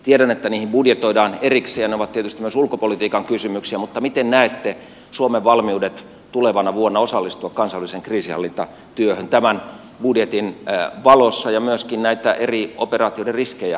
tiedän että niihin budjetoidaan erikseen ja ne ovat tietysti myös ulkopolitiikan kysymyksiä mutta miten näette suomen valmiudet tulevana vuonna osallistua kansainväliseen kriisinhallintatyöhön tämän budjetin valossa ja myöskin näitä eri operaatioiden riskejä arvioiden